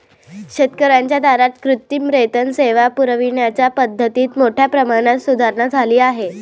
शेतकर्यांच्या दारात कृत्रिम रेतन सेवा पुरविण्याच्या पद्धतीत मोठ्या प्रमाणात सुधारणा झाली आहे